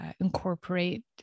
incorporate